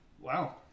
Wow